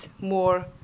more